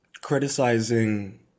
criticizing